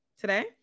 today